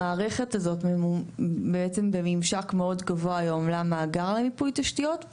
המערכת הזאת בעצם בממשק מאוד גבוה היום למאגר למיפוי תשתיות.